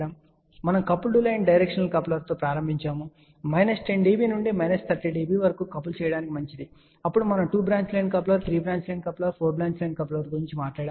కాబట్టి మనము coupled line directional కప్లర్తో ప్రారంభించాము ఇది మైనస్ 10 dB నుండి మైనస్ 30 dB వరకు కపుల్ చేయడానికి మంచిది అప్పుడు మనము 2 branch line coupler 3 branch line couplers 4 branch line coupler గురించి మాట్లాడాము